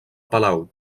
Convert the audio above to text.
palau